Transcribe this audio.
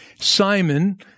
Simon